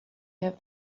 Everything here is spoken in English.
have